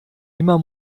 immer